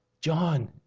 John